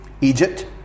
Egypt